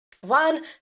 one